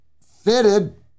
fitted